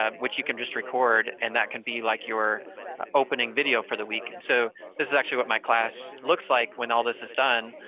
um which you can just record, and that can be like your opening video for the week, and so this is actually what my class looks like when all this is done.